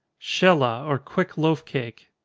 shelah, or quick loaf cake.